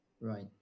Right